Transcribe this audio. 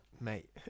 mate